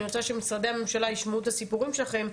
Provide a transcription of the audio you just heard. אני רוצה שמשרדי הממשלה ישמעו את הסיפורים שלכם,